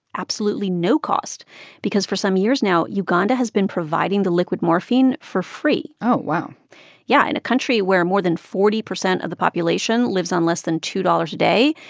absolutely no cost because for some years now, uganda has been providing the liquid morphine for free oh, wow yeah. in a country where more than forty percent of the population lives on less than two dollars a day,